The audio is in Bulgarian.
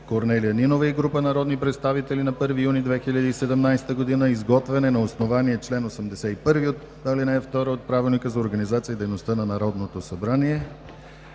Корнелия Нинова и група народни представители на 1 юни 2017 г. Изготвен е на основание чл. 81, ал. 2 от Правилника за организацията и дейността на народното събрание.